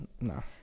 No